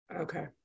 Okay